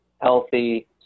healthy